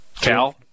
Cal